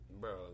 Bro